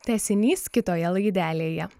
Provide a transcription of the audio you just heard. tęsinys kitoje laidelėje